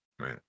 Right